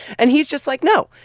and he's just like, no.